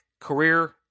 career